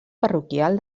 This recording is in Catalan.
parroquial